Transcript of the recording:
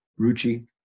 ruchi